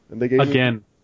Again